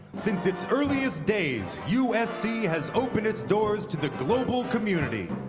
since its earliest days, usc has opened its doors to the global community.